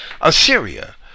Assyria